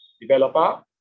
developer